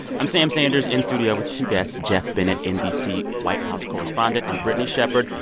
i'm sam sanders, in studio with two guests jeff bennett, nbc white house correspondent, and brittany shepard,